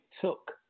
took